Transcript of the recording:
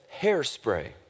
Hairspray